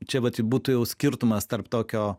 čia vat būtų jau skirtumas tarp tokio